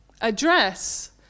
address